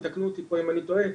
יתקנו אותי פה אם אני טועה,